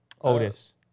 Otis